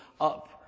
up